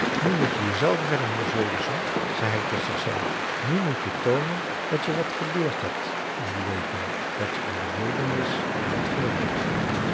nu moet je jezelf redden niels holgersson zei hij tot zichzelf nu moet je toonen dat je wat geleerd hebt in die weken dat je in de wildernis hebt gewoond